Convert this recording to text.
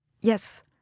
Yes